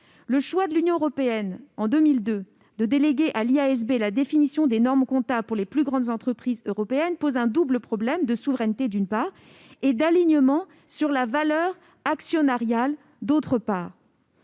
Le choix de l'Union européenne, en 2002, de déléguer à l'IASB la définition des normes comptables des plus grandes entreprises européennes pose donc un double problème : de souveraineté, d'une part, et d'alignement sur la valeur actionnariale, d'autre part.